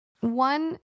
one